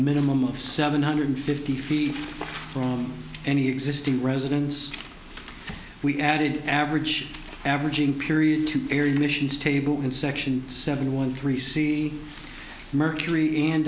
minimum of seven hundred fifty feet from any existing residence we added average averaging period to area missions table in section seven one three see mercury and